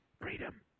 freedom